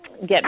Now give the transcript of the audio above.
get